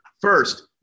First